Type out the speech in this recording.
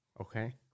Okay